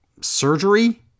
surgery